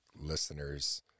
listeners